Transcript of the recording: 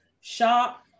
shop